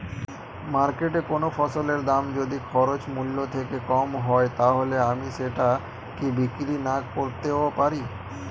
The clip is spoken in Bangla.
মার্কেটৈ কোন ফসলের দাম যদি খরচ মূল্য থেকে কম হয় তাহলে আমি সেটা কি বিক্রি নাকরতেও পারি?